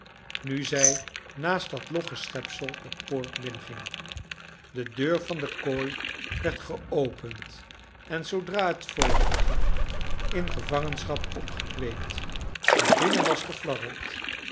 nu zij naast dat logge schepsel de po'ort binnenging de deur van de kooi werd geopend en zoodra het vogeltje in gevangenschap opgekweekt naa r binnen was